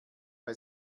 bei